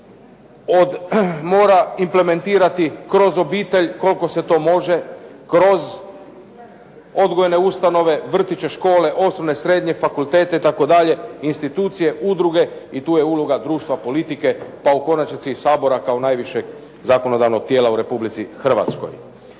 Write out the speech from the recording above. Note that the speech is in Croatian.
koja se mora implementirati kroz obitelj, koliko se to može, kroz odgojne ustanove, vrtiće, škole osnovne i srednje, fakultete itd., institucije, udruge i tu je uloga društva, politike pa u konačnici i Sabora kao najvišeg zakonodavnog tijela u Republici Hrvatskoj.